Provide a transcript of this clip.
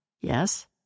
Yes